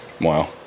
Wow